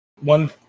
one